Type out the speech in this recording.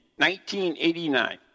1989